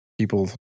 people